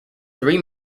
three